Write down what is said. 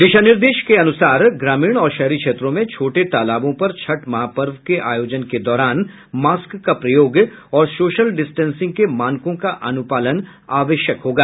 दिशा निर्देश के अनुसार ग्रामीण और शहरी क्षेत्रों में छोटे तालाबों पर छठ महापर्व के आयोजन के दौरान मास्क का प्रयोग और सोशल डिस्टेंसिंग के मानकों का अनुपालन आवश्यक होगा